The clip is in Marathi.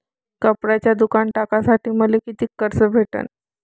कपड्याचं दुकान टाकासाठी मले कितीक कर्ज भेटन?